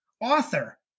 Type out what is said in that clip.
author